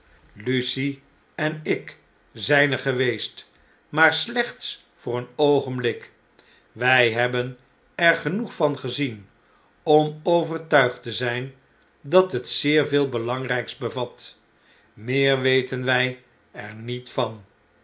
lucie en ik zjjn er geweest maar slechts voor een oogenblik wy hebben er genoeg van gezien om overtuigd te zijn dat het zeer veel belangryks bevat meer weten wg er niet van